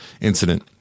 incident